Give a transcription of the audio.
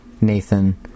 Nathan